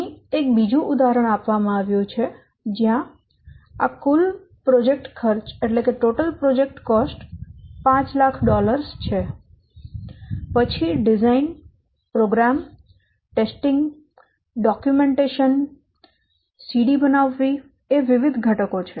અહીં એક બીજું ઉદાહરણ આપવામાં આવ્યું છે જ્યાં આ કુલ પ્રોજેક્ટ ખર્ચ 500000 છે પછી ડિઝાઇન પ્રોગ્રામ પરીક્ષણ ડોક્યુમેન્ટેશન CD બનાવવી એ વિવિધ ઘટકો છે